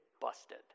busted